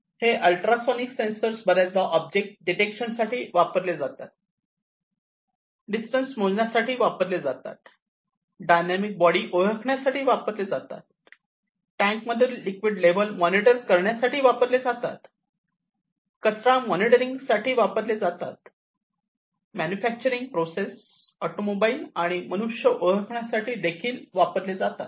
हे ultrasonic sensor र्याचदा object detection साठी वापरले जातात डिस्टन्स मोजण्यासाठी वापरले जातात डायनामिक बॉडी ओळखण्यासाठी वापरले जातात टँक मधील लिक्विड लेवल मॉनिटर करण्यासाठी वापरले जातात कचरा मॉनिटरिंग साठी वापरले जातात मॅन्युफॅक्चरिंग प्रोसेस ऑटोमोबाईल आणि मनुष्य ओळखण्यासाठी वापरले जातात